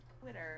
twitter